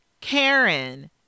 Karen